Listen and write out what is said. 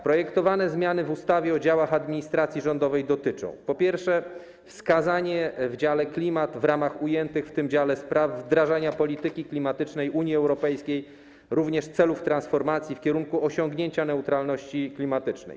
Projektowane zmiany w ustawie o działach administracji rządowej dotyczą: po pierwsze, wskazanie w dziale: klimat w ramach ujętych w tym dziale spraw wdrażania polityki klimatycznej Unii Europejskiej, również celów transformacji w kierunku osiągnięcia neutralności klimatycznej.